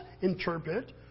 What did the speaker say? interpret